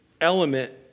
element